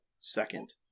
Second